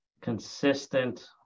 consistent